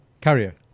Carrier